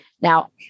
Now